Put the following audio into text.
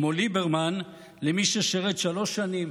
כמו ליברמן, למי ששירת שלוש שנים?